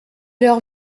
leurs